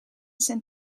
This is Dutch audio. zijn